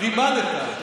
לימדת.